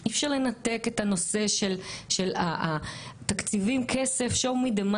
אני פותחת את הישיבה של הוועדה לקידום מעמד האישה ולשוויון מגדרי,